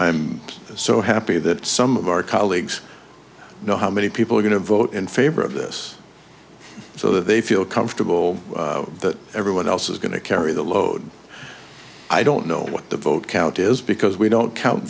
am so happy that some of our colleagues know how many people are going to vote in favor of this so that they feel comfortable that everyone else is going to carry the load i don't know what the vote count is because we don't count